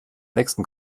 nächsten